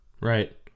Right